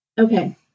okay